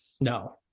No